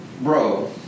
bro